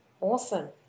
awesome